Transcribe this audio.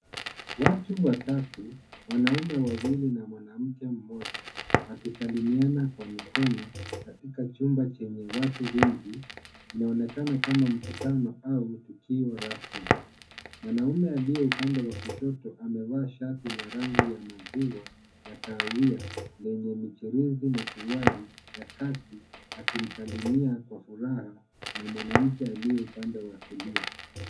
Watu watatu wanaume wawili na mwanamke mmoja wakisalimiana kwa mikono katika chumba chenye watu wengi, inaonekana kama mkutano au ni tukio rasmi. Mwanamume aliye upande wa kushoto amevaa shati la rangi ya maziwa ya kahawia lenye michirizi na suruali ya kaki akimsalimia kwa furaha na mwanamke aliye upande wa kulia.